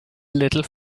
little